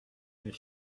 mes